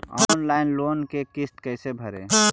Online loan के किस्त कैसे भरे?